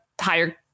higher